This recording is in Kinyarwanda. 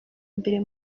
mbere